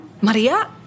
Maria